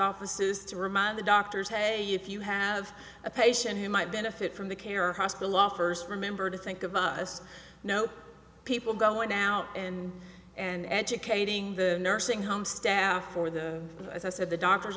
offices to remind the doctors a few have a patient who might benefit from the care or hospital offers remember to think of us no people going out and and educating the nursing home staff or the as i said the doctor's